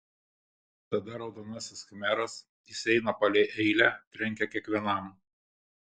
tada raudonasis khmeras jis eina palei eilę trenkia kiekvienam